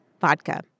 vodka